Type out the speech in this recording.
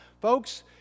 Folks